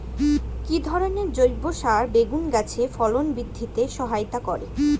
কি ধরনের জৈব সার বেগুন গাছে ফলন বৃদ্ধিতে সহায়তা করে?